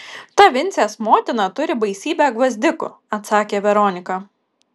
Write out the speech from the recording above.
ta vincės motina turi baisybę gvazdikų atsakė veronika